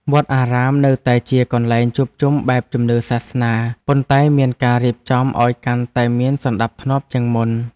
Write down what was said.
វត្តអារាមនៅតែជាកន្លែងជួបជុំបែបជំនឿសាសនា ប៉ុន្តែមានការរៀបចំឱ្យកាន់តែមានសណ្ដាប់ធ្នាប់ជាងមុន។